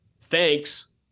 Thanks